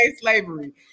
slavery